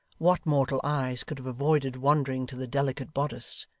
what mortal eyes could have avoided wandering to the delicate bodice,